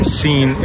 seen